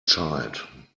child